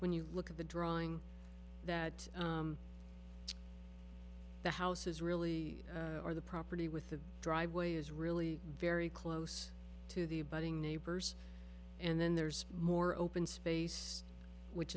when you look at the drawing that the house is really or the property with the driveway is really very close to the budding neighbors and then there's more open space which